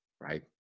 right